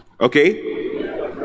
okay